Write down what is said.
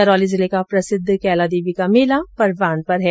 करौली जिले का प्रसिद्ध कैला देवी का मेला परवान पर है